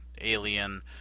Alien